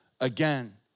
again